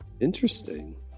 Interesting